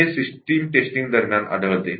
ते system testing दरम्यान आढळते